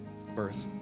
birth